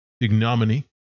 ignominy